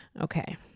Okay